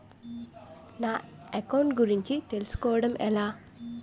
నా అకౌంట్ గురించి తెలుసు కోవడం ఎలా?